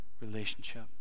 relationship